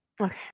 Okay